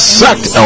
sucked